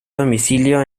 domicilio